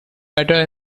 better